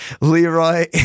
Leroy